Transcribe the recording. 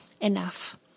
enough